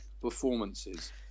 performances